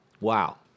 Wow